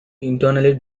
internally